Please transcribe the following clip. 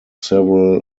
several